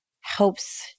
helps